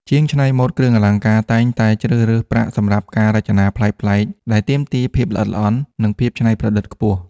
ជាងច្នៃម៉ូដគ្រឿងអលង្ការតែងតែជ្រើសរើសប្រាក់សម្រាប់ការរចនាប្លែកៗ ដែលទាមទារភាពល្អិតល្អន់ និងភាពច្នៃប្រឌិតខ្ពស់។